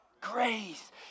Grace